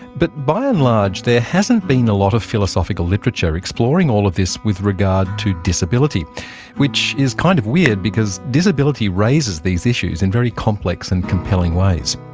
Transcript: but by and large, there hasn't been a lot of philosophical literature exploring all of this with regard to disability which is kind of weird, because disability raises these issues in very complex and compelling ways.